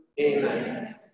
Amen